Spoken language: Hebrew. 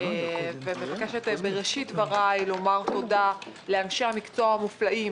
אני מבקשת בראשית דבריי לומר תודה לאנשי המקצוע המופלאים,